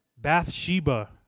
Bathsheba